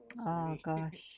oh gosh